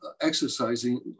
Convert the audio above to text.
exercising